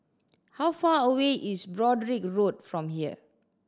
how far away is Broadrick Road from here